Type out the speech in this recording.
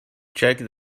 check